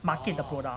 market the product